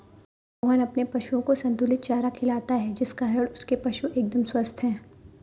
मोहन अपने पशुओं को संतुलित चारा खिलाता है जिस कारण उसके पशु एकदम स्वस्थ हैं